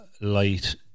light